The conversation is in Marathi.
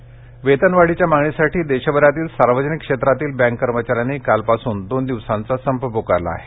संप बेतन वाढीच्या मागणीसाठी देशभरातील सार्वजनिक क्षेत्रातील बँक कर्मचाऱ्यांनी कालपासून दोन दिवसांचा संप पुकारला आहे